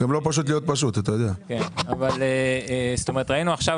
ראינו עכשיו,